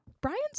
Brian's